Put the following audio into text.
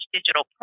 Digital